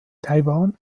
taiwan